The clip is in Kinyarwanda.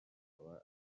akaba